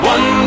One